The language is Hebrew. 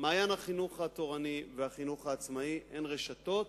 "מעיין החינוך התורני" ו"החינוך העצמאי", הן רשתות